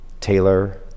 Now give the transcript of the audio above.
Taylor